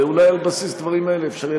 ואולי על בסיס הדברים האלה אפשר יהיה